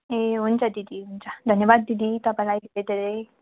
ए हुन्छ दिदी हुन्छ धन्यवाद दिदी तपाईँलाई धेरै धेरै